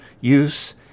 use